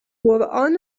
قرآن